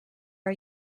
are